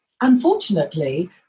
unfortunately